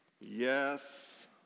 Yes